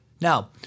Now